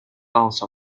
bounce